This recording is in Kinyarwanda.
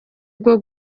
bwo